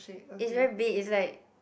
is very big is like